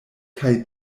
kaj